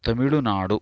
Tamil Nadu